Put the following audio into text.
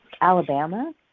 Alabama